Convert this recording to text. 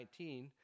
2019